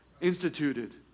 instituted